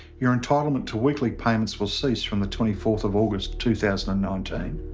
your entitlement to weekly payments will cease from the twenty fourth of august, two thousand and nineteen.